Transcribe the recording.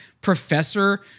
professor